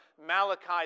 Malachi